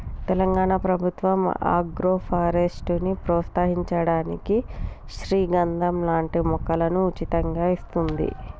తెలంగాణ ప్రభుత్వం ఆగ్రోఫారెస్ట్ ని ప్రోత్సహించడానికి శ్రీగంధం లాంటి మొక్కలను ఉచితంగా ఇస్తోంది